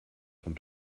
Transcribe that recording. von